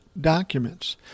documents